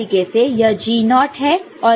उसी तरीके से यह G0 नॉट naught है और यह Cn है